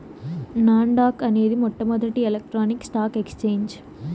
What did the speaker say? non dock అనేది మొట్టమొదటి electronic stock exchange